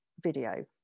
video